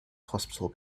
hospital